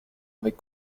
avec